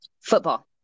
Football